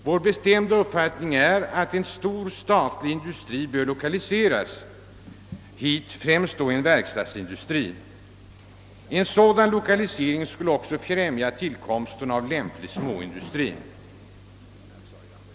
Vår bestämda uppfattning är att en stor statlig industri bör lokaliseras hit, främst då en verkstadsindustri. En sådan lokalisering skulle också främja tillkomsten av lämplig småindustri.